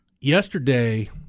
yesterday